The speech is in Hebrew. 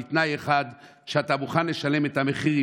בתנאי אחד: שאתה מוכן לשלם את המחיר.